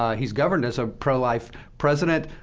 he's governed as a pro-life president.